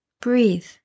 breathe